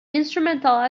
instrumental